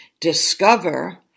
discover